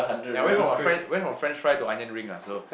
eh I went from my french went from french fry to onion ring ah so